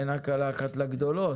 אין הקלה אחת לגדולות?